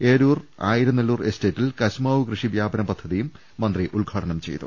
എരൂർ ആയിരനല്ലൂർ എസ്റ്റേറ്റിൽ കശുമാവ് കൃഷി വ്യാപന പദ്ധതിയും മന്ത്രി ഉദ്ഘാടനം ചെയ്തു